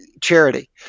charity